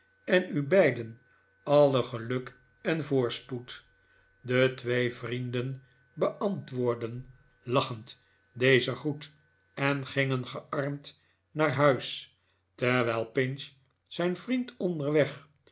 en u beiden alle geluk en voorspoed de twee vrienden beantwoordden lachend dezen groet en gingen gearmd naar huis terwijl pinch zijn vriend onderweg